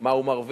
מה הוא מרוויח,